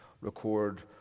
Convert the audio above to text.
record